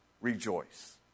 rejoice